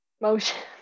motion